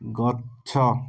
ଗଛ